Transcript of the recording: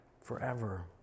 forever